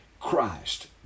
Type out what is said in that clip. Christ